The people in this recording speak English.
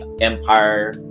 empire